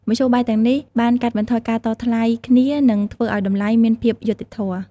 មធ្យោបាយទាំងនេះបានកាត់បន្ថយការតថ្លៃគ្នានិងធ្វើឱ្យតម្លៃមានភាពយុត្តិធម៌។